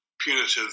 punitive